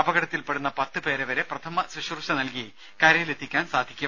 അപകടത്തിൽപ്പെടുന്ന പത്ത് പേരെ വരെ പ്രഥമ ശുശ്രൂഷ നൽകി കരയിലെത്തിക്കാൻ സാധിക്കും